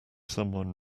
someone